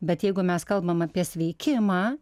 bet jeigu mes kalbam apie sveikimą